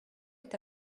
est